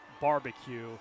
Barbecue